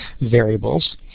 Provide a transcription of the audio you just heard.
variables